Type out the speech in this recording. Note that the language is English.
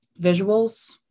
visuals